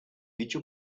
dicho